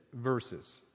verses